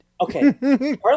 Okay